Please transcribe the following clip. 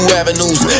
avenues